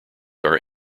are